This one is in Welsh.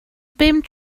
bum